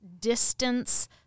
distance